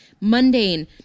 mundane